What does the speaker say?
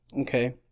okay